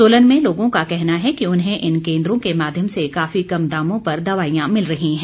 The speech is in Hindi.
सोलन में लोगों का कहना है कि उन्हें इन केन्द्रों के माध्यम से काफी कम दामों पर दवाईयां मिल रही हैं